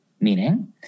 meaning